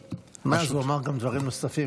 מאז הוא אמר גם דברים נוספים,